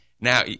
now